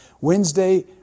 Wednesday